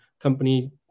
Company